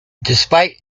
despite